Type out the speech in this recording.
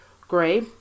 gray